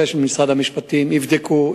שבמשרד המשפטים יבדקו.